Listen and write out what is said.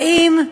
באים,